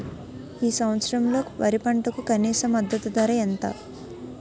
ఈ సంవత్సరంలో వరి పంటకు కనీస మద్దతు ధర ఎంత?